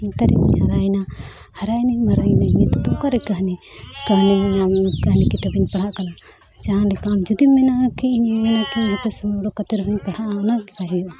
ᱱᱮᱛᱟᱨᱤᱧ ᱦᱟᱨᱟᱭᱱᱟ ᱦᱟᱨᱟᱭᱱᱟᱹᱧ ᱦᱟᱨᱟᱭᱱᱟᱹᱧ ᱱᱤᱛᱚᱜ ᱫᱚ ᱚᱠᱟᱨᱮ ᱠᱟᱹᱦᱱᱤ ᱠᱟᱹᱦᱱᱤ ᱠᱤᱛᱟᱹᱵ ᱤᱧ ᱯᱟᱲᱦᱟᱜ ᱠᱟᱱᱟ ᱡᱟᱦᱟᱸ ᱞᱮᱠᱟ ᱡᱩᱫᱤᱢ ᱢᱮᱱᱟ ᱠᱤ ᱤᱧ ᱢᱩᱞᱩᱠ ᱠᱟᱛᱮ ᱨᱚᱦᱚᱧ ᱯᱟᱲᱦᱟᱜᱼᱟ ᱚᱱᱟ ᱜᱮ ᱵᱟᱭ ᱦᱩᱭᱩᱜᱼᱟ